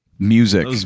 Music